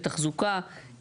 תחזוקה,